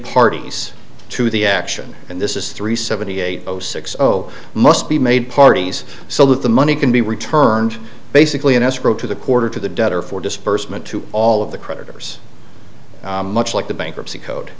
parties to the action and this is three seventy eight zero six zero must be made parties so that the money can be returned basically in escrow to the quarter to the debtor for disbursement to all of the creditors much like the bankruptcy code